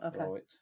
Okay